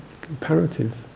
comparative